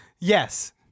yes